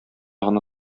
гына